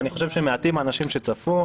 ואני חושב שמעטים האנשים שצפו,